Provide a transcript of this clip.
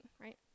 right